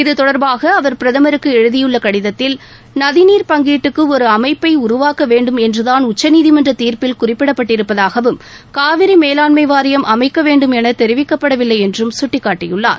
இத்தொடர்பாக அவர் பிரதமருக்கு எழுதியுள்ள கடிதத்தில் நதிநீர் பங்கீட்டுக்கு ஒரு அமைப்பை உருவாக்க வேண்டும் என்றுதான் உச்சநீதிமன்ற தீர்ப்பில் குறிப்பிடப்பட்டிருப்பதாகவும் காவிரி மேவாண்மை வாரியம் அமைக்க வேண்டும் என தெரிவிக்கப்படவில்லை என்றும் சுட்டிக்காட்டியுள்ளார்